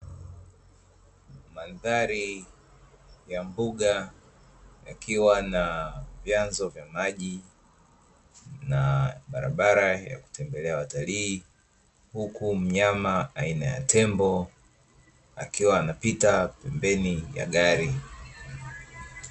Mandhari ya mbuga yakiwa na vyanzo vya maji, na barabara ya kutembelea watalii, huku mnyama aina ya tembo akiwa anapita pembeni ya gari.